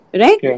Right